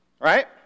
Right